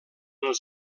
els